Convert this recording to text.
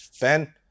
ben